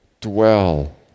dwell